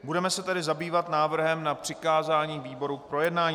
Budeme se tedy zabývat návrhem na přikázání výboru k projednání.